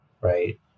right